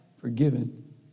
forgiven